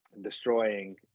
destroying